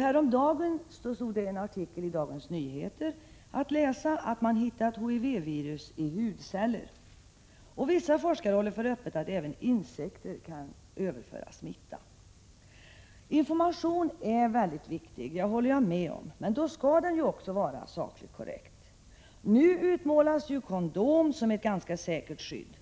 Häromdagen stod att läsa i en artikeli Dagens Nyheter att man hittat HIV-virus i hudceller. Vissa forskare håller inte för osannolikt att även insekter kan överföra smitta. Information är väldigt viktig — det håller jag med om — men då skall den också vara sakligt korrekt. Nu utmålas användandet av kondom som ett relativt säkert skydd,